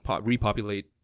repopulate